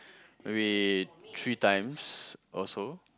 maybe three times or so